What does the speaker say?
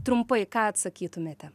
trumpai ką atsakytumėte